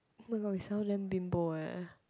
oh-my-god we sound damn bimbo leh